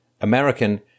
american